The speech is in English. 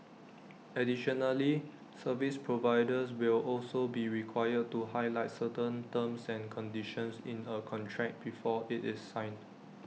additionally service providers will also be required to highlight certain terms and conditions in A contract before IT is signed